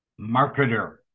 marketer